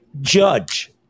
judge